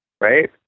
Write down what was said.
Right